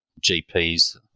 GPs